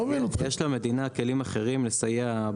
יש למדינה כלים אחרים לסייע.